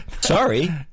Sorry